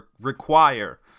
require